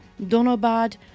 donobad